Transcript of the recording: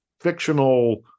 fictional